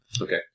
Okay